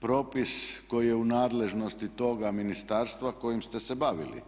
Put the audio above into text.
propis koji je u nadležnosti toga ministarstva kojim ste se bavili.